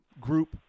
group